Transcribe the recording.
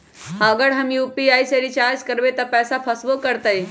अगर हम यू.पी.आई से रिचार्ज करबै त पैसा फसबो करतई?